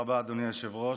תודה רבה, אדוני היושב-ראש.